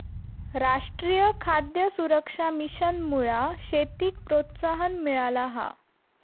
राष्ट्रीय खाद्य सुरक्षा मिशनमुळा शेतीक प्रोत्साहन मिळाला हा